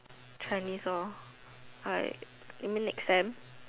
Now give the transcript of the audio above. Chinese lor I you mean next time